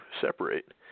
separate